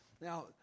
Now